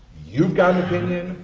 you've got an opinion,